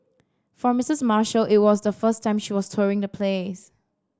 for Missus Marshall it was the first time she was touring the place